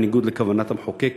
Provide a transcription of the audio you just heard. בניגוד לכוונת המחוקק,